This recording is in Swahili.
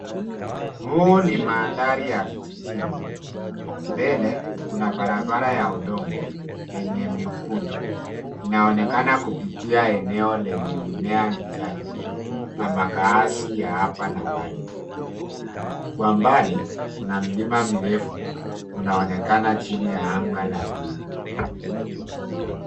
Muo ni mandhari ya kijijini. Mbele kuna barabara ya udongo yenye mikunjo. Inaonekana kupitia eneo lenye mimea michache na makaazi ya hapa na pale. Kwa mbali kuna milima mirefu unaonekana chini ya anga la buluu.